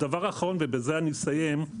הדבר האחרון, ובזה אני אסיים.